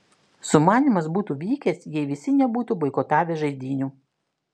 sumanymas būtų vykęs jei visi nebūtų boikotavę žaidynių